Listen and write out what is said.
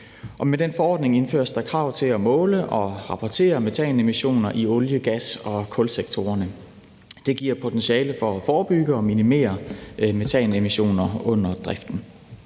Med den forordning indføres der krav om at måle og rapportere metanemissioner i olie-, gas- og kulsektorerne. Det giver potentiale til at forebygge og minimere metanemissioner under driften.